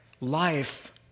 life